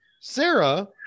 Sarah